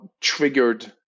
triggered